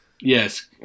Yes